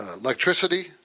electricity